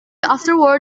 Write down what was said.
afterward